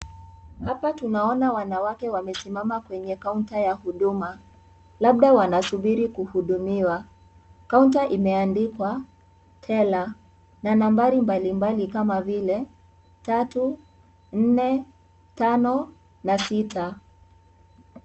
Hapa tunaona wanawake wamesimama kwenye kaunta ya huduma, labda wanasubiri kuhudumiwa. Kaunta imeandikwa teller na nambari mbali mbali kama vile, tatu, nne, tano na sita.